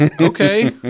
Okay